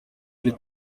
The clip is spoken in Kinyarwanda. kuri